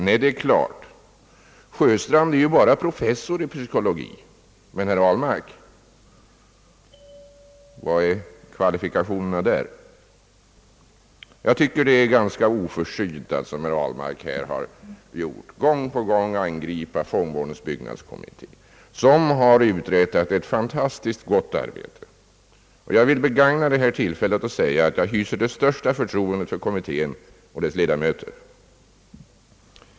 Nej, det är klart — Sjöstrand är ju bara professor i psykologi. Herr Ahlmark får väl förklara på vad sätt kvalifikationerna inte räcker för en sådan. Jag tycker att det är ganska oförsynt att som herr Ahlmark här gjort gång på gång angripa fångvårdens byggnadskommitté, som uträttat ett fantastiskt gott arbete. Jag vill begagna detta tillfälle att säga att jag hyser det största förtroende för kommittén och dess ledamöter.